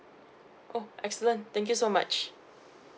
oh excellent thank you so much